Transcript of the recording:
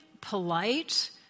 polite